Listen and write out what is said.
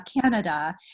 Canada